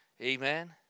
Amen